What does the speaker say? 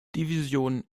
division